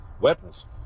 weapons